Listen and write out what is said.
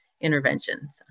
interventions